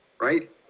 right